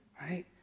right